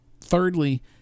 Thirdly